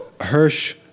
Hirsch